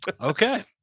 okay